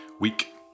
week